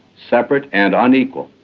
separate and unequal.